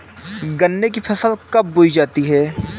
गन्ने की फसल कब बोई जाती है?